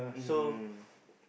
mm